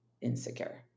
insecure